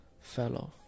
fellow